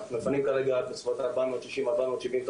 אנחנו מפנים כרגע בסביבות ה-460-470 טון